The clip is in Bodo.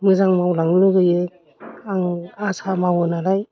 मोजां मावलांनो लुबैयो आं आसा मावो नालाय